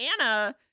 Anna